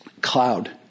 cloud